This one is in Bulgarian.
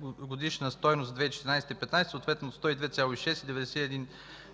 г. и за 2015 г. – съответно от 102,6 и 91